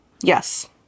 yes